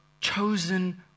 chosen